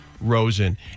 Rosen